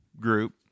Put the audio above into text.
group